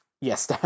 Yes